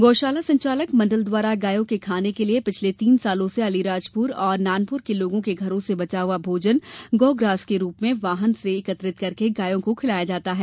गौशाला संचालक मंडल द्वारा गायों के खाने के लिये पिछले तीन सालों से अलीराजपुर और नानपुर के लोगों के घरों से बचा हुआ भोजन गो ग्रास के रूप में वाहन से एकत्रित करके गायों को खिलाया जाता है